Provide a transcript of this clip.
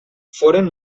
foren